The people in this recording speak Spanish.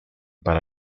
para